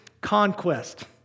conquest